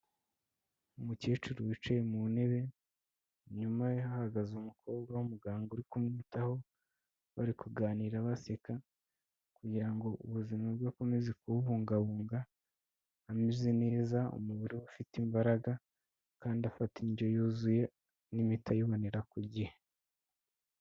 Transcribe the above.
Umukecuru wicaye mu ntebe, inyuma ye hahagaze umukobwa w'umuganga uri kumwitaho, bari kuganira baseka, kugira ngo ubuzima bwe akomeze kububungabunga, ameze neza umubiri we ufite imbaraga, kandi afata indyo yuzuye n'imimiti ayibonera ku gihe.